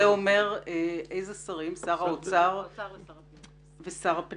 השרים, הווה אומר שר האוצר ושר הפנים?